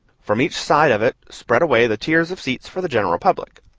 from each side of it spread away the tiers of seats for the general public.